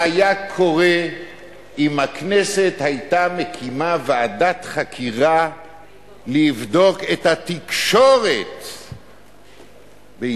מה היה קורה אם הכנסת היתה מקימה ועדת חקירה לבדוק את התקשורת בישראל.